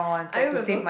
I remember